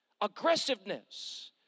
aggressiveness